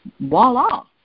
voila